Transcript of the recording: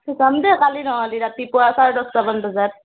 যাম দে কালি নহ'লে ৰাতিপুৱা চাৰে দহটামান বজাত